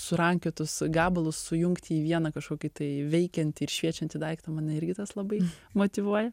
surankiotus gabalus sujungt į vieną kažkokį tai veikiantį ir šviečiantį daiktą mane irgi tas labai motyvuoja